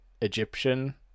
Egyptian